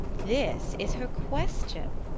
this is her question.